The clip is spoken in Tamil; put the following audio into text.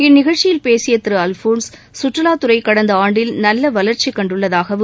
இந்நிகழ்ச்சியில் பேசிய திரு அல்ஃபோன்ஸ் சுற்றுலாத் துறை கடந்த ஆண்டில் நல்ல வளர்ச்சி கண்டுள்ளதாகவும்